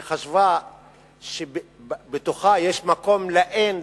שחשבה שבתוכה יש מקום לאין,